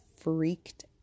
freaked